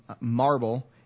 marble